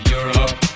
Europe